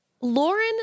Lauren